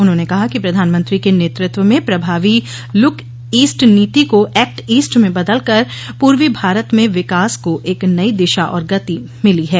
उन्होंने कहा कि प्रधानमंत्री के नेतृत्व में प्रभावी लुक ईस्ट नीति को एक्ट ईस्ट में बदलकर पूर्वी भारत में विकास को एक नई दिशा और गति मिली है